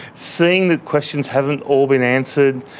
seeing the questions haven't all been answered,